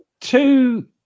two